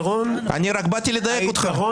אני רק באתי לדייק אותך.